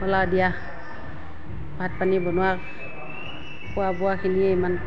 হ'ল আৰু দিয়া ভাত পানী বনোৱা খোৱা বোৱাখিনিয়ে ইমান